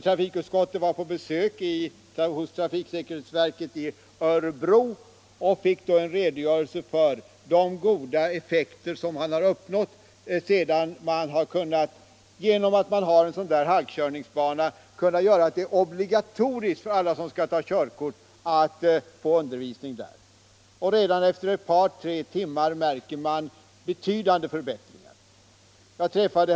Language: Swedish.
Trafikutskottet var på besök hos trafiksäkerhetsverket i Örebro och fick då en redogörelse för de goda erfarenheter man där uppnått genom att tillgång till halkkörningsbana har gjort det möjligt att införa obligatorisk undervisning i halkkörning. Man har redan efter två till tre timmars undervisning kunnat märka betydande förbättringar när det gäller elevernas halkkörningsteknik.